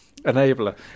Enabler